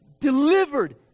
Delivered